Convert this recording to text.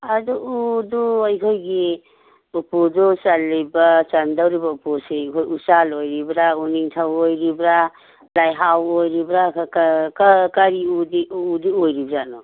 ꯑꯗꯨ ꯎꯗꯨ ꯑꯩꯈꯣꯏꯒꯤ ꯎꯄꯨꯗꯨ ꯆꯜꯂꯤꯕ ꯆꯟꯗꯣꯔꯤꯕ ꯎꯄꯨꯁꯤ ꯑꯩꯈꯣꯏ ꯎꯆꯥꯟ ꯑꯣꯏꯔꯤꯕ꯭ꯔꯥ ꯎꯅꯤꯡꯊꯧ ꯑꯣꯏꯔꯤꯕ꯭ꯔꯥ ꯂꯩꯍꯥꯎ ꯑꯣꯏꯔꯤꯕ꯭ꯔꯥ ꯀꯔꯤ ꯎꯗꯤ ꯑꯣꯏꯔꯤꯕꯖꯥꯠꯅꯣ